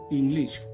english